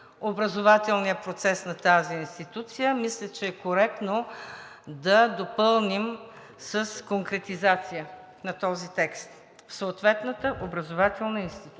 образователния процес на тази институция мисля, че е коректно да допълним с конкретизация на този текст „в съответната образователна институция“.